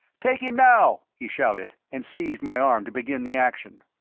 take him now, he shouted, and seized my arm to begin the action.